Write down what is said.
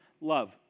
Love